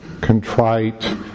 contrite